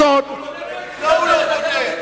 בגילה הוא לא בונה,